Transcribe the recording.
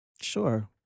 Sure